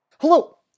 Hello